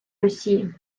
росії